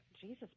Jesus